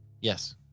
Yes